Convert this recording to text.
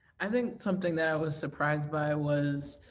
i think something that i was surprised by was.